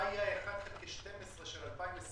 מה יהיה ה-1 חלקי 12 של 2021?